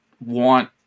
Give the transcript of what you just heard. want